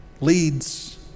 leads